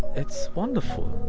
it's wonderful.